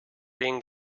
being